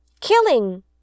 killing